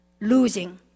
losing